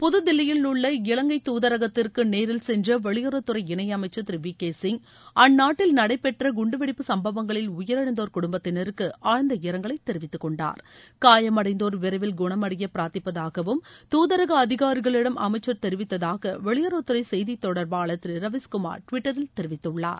புதுதில்லியிலுள்ள இலங்கை தூதரகத்திற்கு நேரில் சென்ற வெளியுறவுத்துறை இணையமைச்சர் திரு வி கே சிங் அந்நாட்டில் நடைபெற்ற குண்டு வெடிப்பு சம்பவங்களில் உயிரிழந்தோர் குடும்பத்தினருக்கு ஆழ்ந்த இரங்கலை தெரிவித்துக்கொண்டார் காயமடைந்தோர் விரைவில் குணமடைய பிரார்த்திப்பதாகவும் தூதரக அதிகாரிகளிடம் அமைச்சர் தெரிவித்ததாக வெளியறவுத்துறை செய்தி தொடர்பாளர் திரு ரவீஸ்குமார் டுவிட்டரில் தெரிவித்துள்ளார்